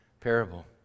parable